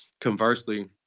Conversely